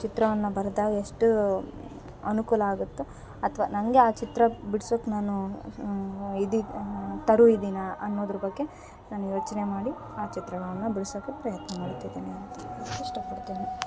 ಚಿತ್ರವನ್ನು ಬರೆದಾಗ ಎಷ್ಟು ಅನುಕೂಲ ಆಗುತ್ತೊ ಅಥ್ವ ನಂಗೆ ಆ ಚಿತ್ರ ಬಿಡ್ಸೋಕೆ ನಾನು ಇದಿದ್ದು ತರು ಇದೀನ ಅನ್ನೋದರ ಬಗ್ಗೆ ನಾನು ಯೋಚನೆ ಮಾಡಿ ಆ ಚಿತ್ರವನ್ನು ಬಿಡಿಸೋಕೆ ಪ್ರಯತ್ನ ಮಾಡುತ್ತಿದ್ದೇನೆ ಅಂತ ಇಷ್ಟಪಡ್ತೇನೆ